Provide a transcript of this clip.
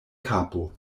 kapo